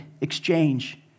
exchange